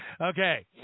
Okay